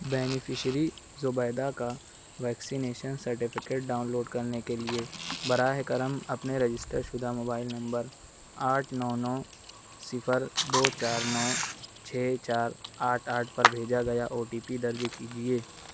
beneficiary Zubeda کا vaccination certificate download کرنے کے لیے براہ کرم اپنے رجسٹر شدہ موبائل نمبر آٹھ نو نو صفر دو چار نو چھ چار آٹھ آٹھ پر بھیجا گیا او ٹی پی درج کیجیے